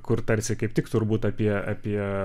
kur tarsi kaip tik turbūt apie apie